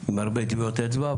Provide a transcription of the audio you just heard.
עם הרבה טביעות אצבע,